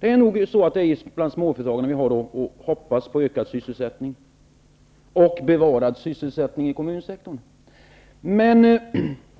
Det är nog småföretagarna vi har att hoppas på för ökad sysselsättning och bevarad sysselsättning i kommunsektorn.